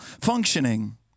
functioning